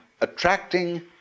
attracting